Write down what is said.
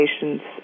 patients